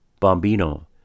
Bombino